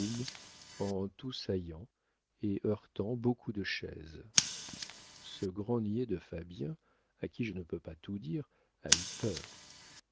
en toussaillant et heurtant beaucoup de chaises ce grand niais de fabien à qui je ne peux pas tout dire a eu peur